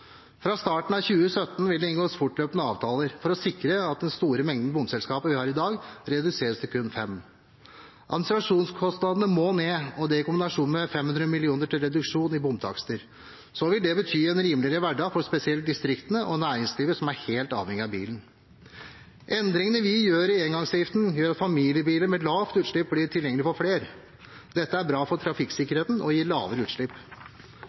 Fra starten av 2017 vil det fortløpende inngås avtaler for å sikre at den store mengden bomselskaper vi har i dag, reduseres til kun fem. Administrasjonskostnadene må ned, og det, i kombinasjon med 500 mill. kr til reduksjon av bomtakster, vil bety en rimeligere hverdag for spesielt distriktene og næringslivet, som er helt avhengig av bilen. Endringene vi gjør i engangsavgiften, gjør at familiebiler med lavt utslipp blir tilgjengelig for flere. Dette er bra for trafikksikkerheten og gir lavere utslipp.